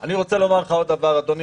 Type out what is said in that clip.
אני רוצה לומר לך עוד דבר, אדוני